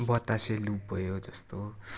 बतासे लुप भयो जस्तो